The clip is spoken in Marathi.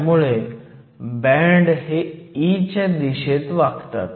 त्यामुळे बँड हे E च्या डोशेत वाकतात